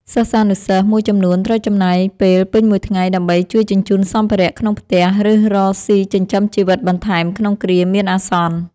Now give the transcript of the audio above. សិស្សានុសិស្សមួយចំនួនត្រូវចំណាយពេលពេញមួយថ្ងៃ ដើម្បីជួយជញ្ជូនសម្ភារៈក្នុងផ្ទះ ឬរកស៊ីចិញ្ចឹមជីវិតបន្ថែមក្នុងគ្រាមានអាសន្ន។